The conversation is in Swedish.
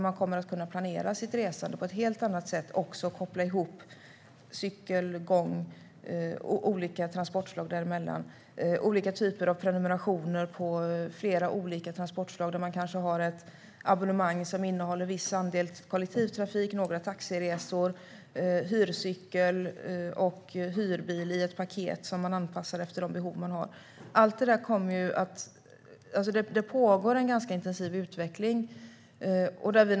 Man kommer att kunna planera sitt resande på ett helt annat sätt och koppla ihop cykel, gång och olika transportslag däremellan. Det handlar om olika typer av prenumerationer på flera olika transportslag. Man kanske har ett abonnemang som innehåller viss andel kollektivtrafik, några taxiresor, hyrcykel och hyrbil i ett paket som man anpassar efter de behov man har. Det pågår en ganska intensiv utveckling.